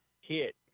hit